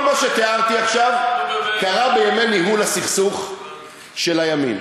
כל מה שתיארתי עכשיו קרה בימי ניהול הסכסוך של הימין.